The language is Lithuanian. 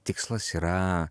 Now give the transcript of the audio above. tikslas yra